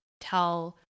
tell